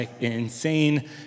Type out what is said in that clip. insane